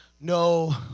no